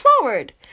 forward